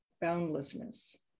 boundlessness